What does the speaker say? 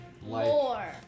more